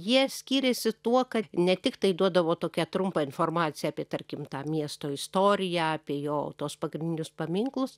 jie skyrėsi tuo kad ne tik tai duodavo tokią trumpą informaciją apie tarkim tą miesto istoriją apie jo tuos pagrindinius paminklus